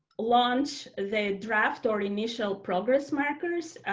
launch the draft or initial progress markers.